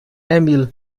emil